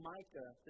Micah